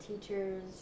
teachers